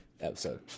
episode